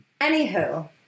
Anywho